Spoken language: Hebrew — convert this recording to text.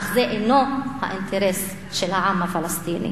אך זה אינו האינטרס של העם הפלסטיני.